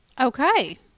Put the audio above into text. Okay